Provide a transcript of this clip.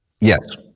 yes